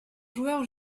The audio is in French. joueur